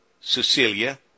Cecilia